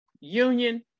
Union